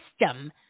system